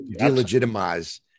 delegitimize